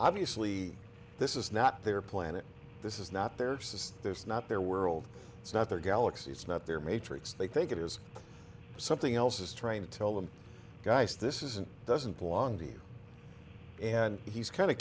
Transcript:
obviously this is not their planet this is not their sisters not their world it's not their galaxy it's not their matrix they think it is something else is trying to tell them guys this isn't doesn't belong here and he's kind